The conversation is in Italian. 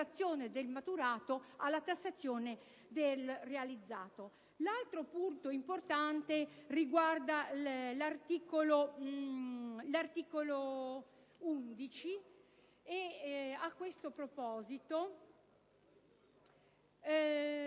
sul maturato alla tassazione sul realizzato. Un altro punto importante riguarda l'articolo 11. A questo proposito,